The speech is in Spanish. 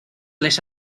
les